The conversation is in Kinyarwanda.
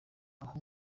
aho